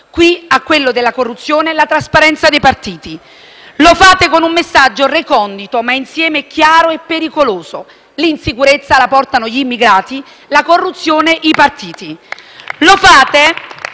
al tema della corruzione collegate la trasparenza dei partiti. Lo fate con un messaggio recondito, ma insieme chiaro e pericoloso: l'insicurezza la portano gli immigrati, la corruzione i partiti.